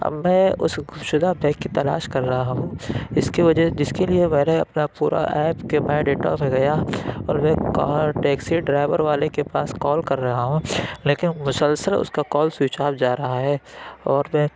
اب میں اس گم شدہ بیگ کی تلاش کر رہا ہوں اس کی وجہ جس کے لیے میں نے اپنا پورا ایپ کے بایو ڈاٹا میں گیا اور میں کہا ٹیکسی ڈرائیور والے کے پاس کال کر رہا ہوں لیکن مسلسل اس کا کال سوئچ آف جا رہا ہے اور میں